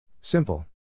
Simple